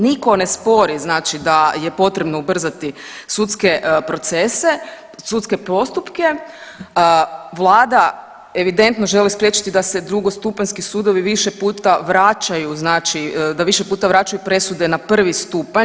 Nitko ne spori znači da je potrebno ubrzati sudske procese, sudske postupke, Vlada evidentno želi spriječiti da se drugostupanjski sudovi više puta vraćaju znači, da više puta vraćaju presude na prvi stupanj.